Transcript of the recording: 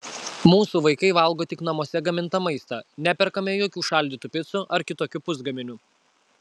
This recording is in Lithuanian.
mūsų vaikai valgo tik namuose gamintą maistą neperkame jokių šaldytų picų ar kitokių pusgaminių